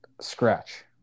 scratch